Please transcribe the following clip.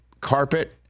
carpet